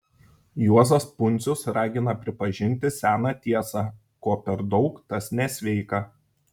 juozas pundzius ragina pripažinti seną tiesą ko per daug tas nesveika